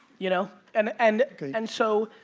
you know? and and and so,